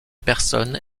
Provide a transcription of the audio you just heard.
personnes